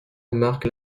marque